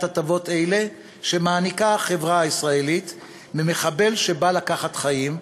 הטבות אלה שמעניקה החברה הישראלית ממחבל שבא לקחת חיים.